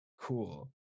cool